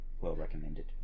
well-recommended